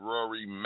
Rory